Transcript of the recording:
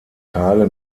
tage